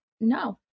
no